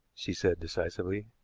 she said decisively.